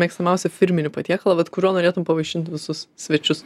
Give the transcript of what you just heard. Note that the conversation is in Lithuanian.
mėgstamiausią firminį patiekalą bet kuriuo norėtum pavaišint visus svečius